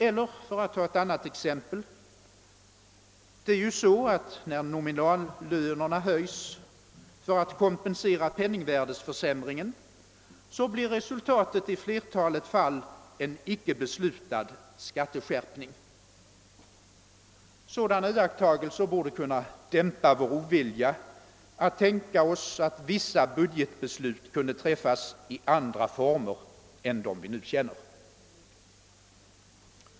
Eller låt mig ta ett annat exempel. När nominallönerna höjs för att kompensera penningvärdeförsämringen blir resultatet i flertalet fall en icke beslutad skatteskärpning. Sådana iakttagelser borde dämpa vår ovilja att tänka oss vissa budgetbeslut i andra former än dem vi nu känner.